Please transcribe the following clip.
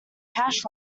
cash